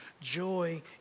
joy